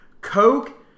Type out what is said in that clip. Coke